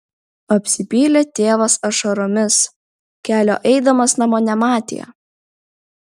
apsipylė tėvas ašaromis kelio eidamas namo nematė